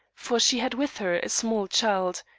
for she had with her a small child,